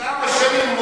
לכמה שנים מותר?